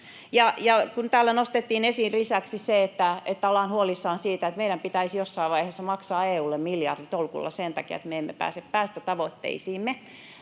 kun täällä nostettiin esiin lisäksi se, että ollaan huolissaan siitä, että meidän pitäisi jossain vaiheessa maksaa EU:lle miljarditolkulla sen takia, että me emme pääse päästötavoitteisiimme,